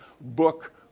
book